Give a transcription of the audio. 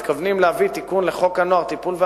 מתכוונים להביא תיקון לחוק הנוער (טיפול והשגחה),